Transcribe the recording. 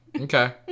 Okay